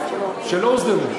שלא הוסדרו.